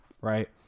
right